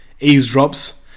eavesdrops